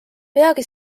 peagi